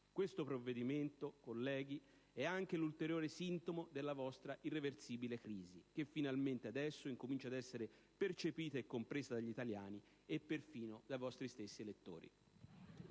Questo provvedimento, colleghi, è anche l'ulteriore sintomo della vostra irreversibile crisi, che finalmente adesso incomincia ad essere percepita e compresa dagli italiani e perfino dai vostri stessi elettori.